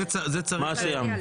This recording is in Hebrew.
צריך להצביע על זה.